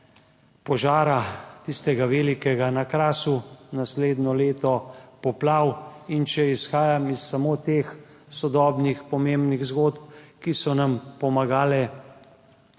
tistega velikega požara na Krasu, naslednje leto poplav, če izhajam iz samo teh sodobnih pomembnih zgodb, ki so nam pomagale